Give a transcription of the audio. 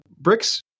bricks